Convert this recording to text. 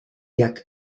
jak